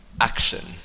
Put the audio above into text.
action